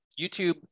YouTube